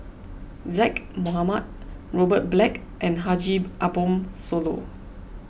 Zaqy Mohamad Robert Black and Haji Ambo Sooloh